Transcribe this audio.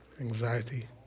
anxiety